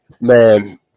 man